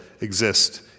exist